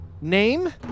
name